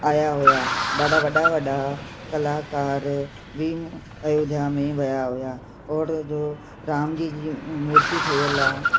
आया हुया ॾाढा वॾा वॾा कलाकार बि अयोध्या में विया हुया और राम जी जी मूर्ती ठहियल आहे